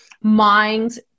minds